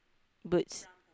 boots